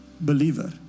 believer